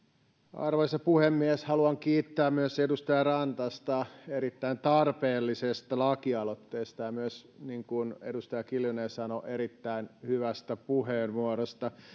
arvoisa puhemies haluan myös kiittää edustaja rantasta erittäin tarpeellisesta lakialoitteesta ja myös niin kuin edustaja kiljunen sanoi erittäin hyvästä puheenvuorosta